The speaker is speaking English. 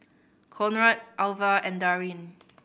Conrad Alva and Darrin